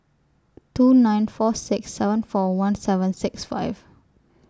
two nine four six seven four one seven six five